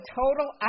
total